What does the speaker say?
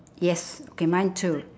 yes okay mine too